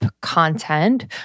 content